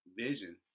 vision